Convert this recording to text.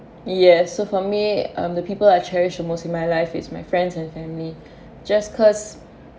yes so for me um the people I cherish the most in my life is my friends and family just cause